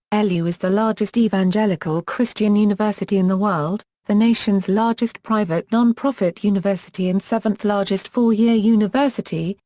lu is the largest evangelical christian university in the world, the nation's largest private nonprofit university and seventh largest four-year university,